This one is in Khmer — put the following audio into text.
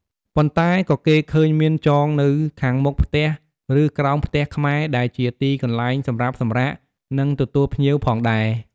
ប៉ុន្តែក៏គេឃើញមានចងនៅខាងមុខផ្ទះ ឬក្រោមផ្ទះខ្មែរ ដែលជាទីកន្លែងសម្រាប់សម្រាក និងទទួលភ្ញៀវផងដែរ។